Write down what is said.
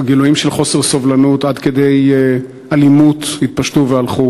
גילויים של חוסר סובלנות עד כדי אלימות התפשטו והלכו.